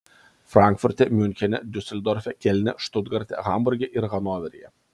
frankfurte miunchene diuseldorfe kelne štutgarte hamburge ir hanoveryje